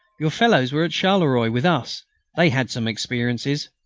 your fellows were at charleroi with us they had some experiences!